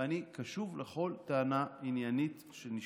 ואני קשוב לכל טענה עניינית שנשמעת.